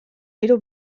hiru